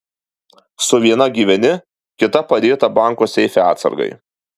su viena gyveni kita padėta banko seife atsargai